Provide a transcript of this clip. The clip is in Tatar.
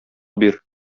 бир